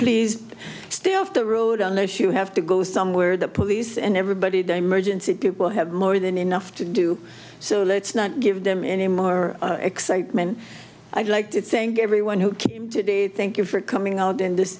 please stay off the road unless you have to go somewhere the police and everybody the emergency people have more than enough to do so let's not give them any more excitement i'd like to thank everyone who came today thank you for coming out in this